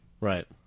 Right